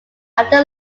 after